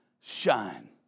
shine